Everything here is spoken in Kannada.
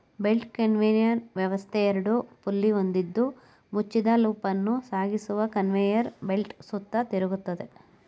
ಬೆಲ್ಟ್ ಕನ್ವೇಯರ್ ವ್ಯವಸ್ಥೆ ಎರಡು ಪುಲ್ಲಿ ಹೊಂದಿದ್ದು ಮುಚ್ಚಿದ ಲೂಪನ್ನು ಸಾಗಿಸುವ ಕನ್ವೇಯರ್ ಬೆಲ್ಟ್ ಸುತ್ತ ತಿರುಗ್ತದೆ